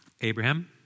Abraham